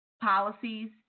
policies